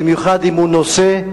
במיוחד אם הוא נושא,